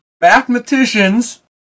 Mathematicians